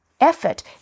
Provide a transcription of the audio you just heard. effort